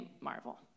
marvel